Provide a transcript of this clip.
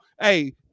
hey